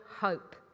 hope